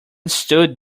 stood